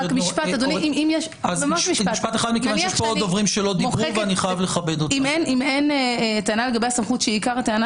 משפט אחד בבקשה אם אין טענה לגבי הסמכות שעיקר הטענה